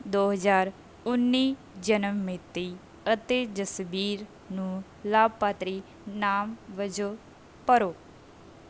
ਦੋ ਹਜ਼ਾਰ ਉੱਨੀ ਜਨਮ ਮਿਤੀ ਅਤੇ ਜਸਬੀਰ ਨੂੰ ਲਾਭਪਾਤਰੀ ਨਾਮ ਵਜੋਂ ਭਰੋ